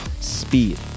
speed